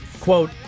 Quote